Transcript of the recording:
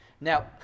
Now